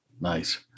nice